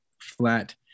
flat